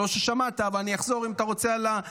לא ששמעת, ואני אחזור על הציטוט